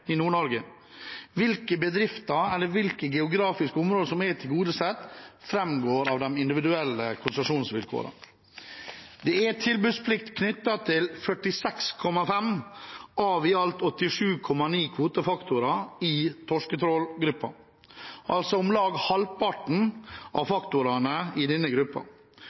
i Nord-Norge. Hvilke bedrifter eller hvilke geografiske områder som er tilgodesett, framgår av de individuelle konsesjonsvilkårene. Det er tilbudsplikt knyttet til 46,5 av i alt 87,9 kvotefaktorer i torsketrålgruppen, altså om lag halvparten av faktorene i denne